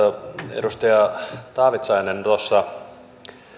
edustaja taavitsainen tuossa